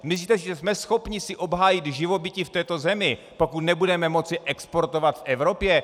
Myslíte si, že jsme schopni si obhájit živobytí v této zemi, pokud nebudeme moci exportovat v Evropě?